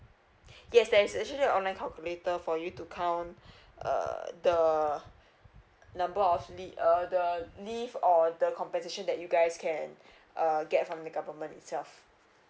yes there is actually online calculator for you to count uh the number of leave uh the leave or the compensation that you guys can uh get from the government itself